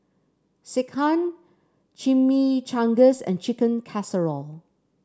Sekihan Chimichangas and Chicken Casserole